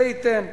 זה ייתן.